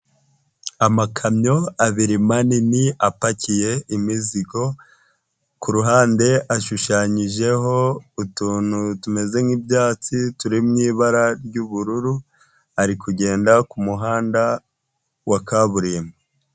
Amakamyo abiri manini apakiye imizigo, ku ruhande hashushanyijeho utuntu tumeze nk'ibyatsi turi mu ibara ry'ubururu, ari kugenda ku muhanda wa kaburimbo.